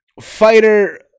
fighter